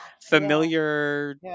familiar